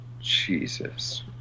Jesus